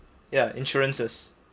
ya insurances